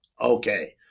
Okay